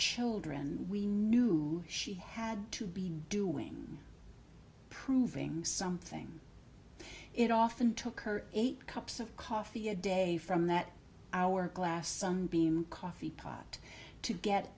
children we knew she had to be doing proving something it often took her eight cups of coffee a day from that hour glass sunbeam coffee pot to get